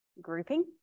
grouping